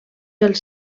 els